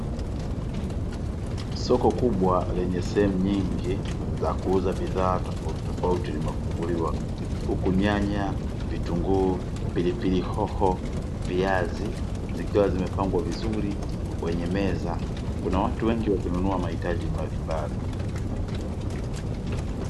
Soko kubwa lenye sehemu nyingi za kuuza bidhaa tofautitofauti limefunguliwa, huku: nyanya, vitunguu, pilipili hoho, viazi; zikiwa zimepangwa vizuri kwenye meza. Kuna watu wengi wakinunua mahitaji mbalimbali.